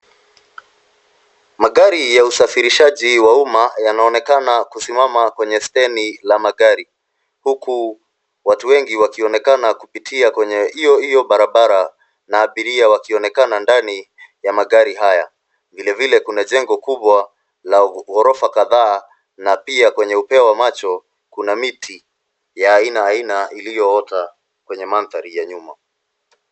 Magari ya usafirishaji wa umma yanaonekana kusimamama kwenye stendi la magari , huku watu wengi wakionekana kupitia kwenye hiyo hiyo barabara na abiria wakionekana ndani ya magari haya, vile vile kuna jengo kubwa la ghorofa kadhaa , na pia kwenye upeo wa macho, kuna miti ya aina aina iliyooka kwenye mandhari ya nyuma